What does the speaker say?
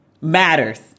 matters